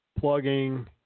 plugging